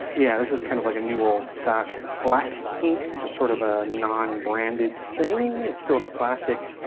yeah this is kind of like a new old stock black ink, just sort of a non branded thing. that's still in the plastic.